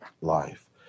life